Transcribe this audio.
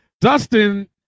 Dustin